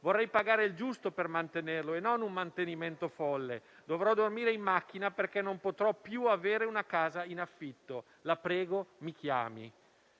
Vorrei pagare il giusto per mantenerlo e non un mantenimento folle. Dovrò dormire in macchina, perché non potrò più avere una casa in affitto. La prego, mi chiami».